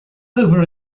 over